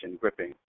gripping